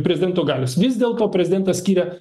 prezidento galios vis dėlto prezidentas skiria